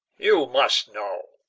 you must know.